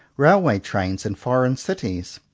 railway trains, and foreign cities.